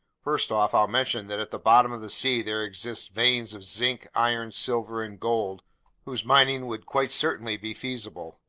first off, i'll mention that at the bottom of the sea there exist veins of zinc, iron, silver, and gold whose mining would quite certainly be feasible.